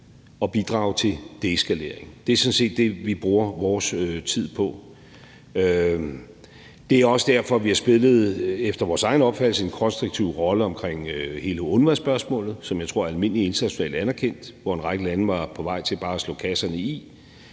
og bidrage til deeskalering. Det er sådan set det, vi bruger vores tid på. Det er også derfor, vi efter vores egen opfattelse har spillet en konstruktiv rolle omkring hele UNRWA-spørgsmålet, som jeg tror er almindeligt internationalt anerkendt, og hvor en række lande var på vej til bare at slå kasserne i.